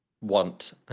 want